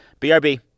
BRB